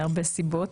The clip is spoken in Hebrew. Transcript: מהרבה סיבות.